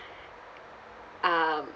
um